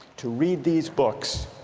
to read these books